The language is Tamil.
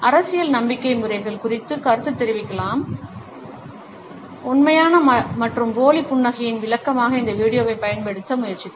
அரசியல் நம்பிக்கை முறைகள் குறித்து கருத்துத் தெரிவிக்காமல் உண்மையான மற்றும் போலி புன்னகையின் விளக்கமாக இந்த வீடியோவைப் பயன்படுத்த முயற்சித்தேன்